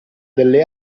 delle